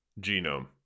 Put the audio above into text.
genome